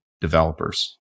developers